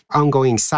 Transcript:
ongoing